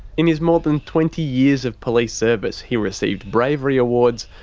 in his more than twenty years of police service he received bravery awards,